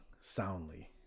soundly